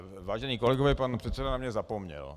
Vážení kolegové, pan předseda na mě zapomněl.